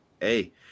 Hey